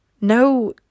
no